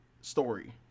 story